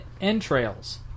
entrails